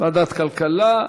ועדת הכלכלה.